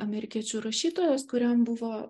amerikiečių rašytojas kuriam buvo